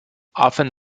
often